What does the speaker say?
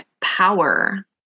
power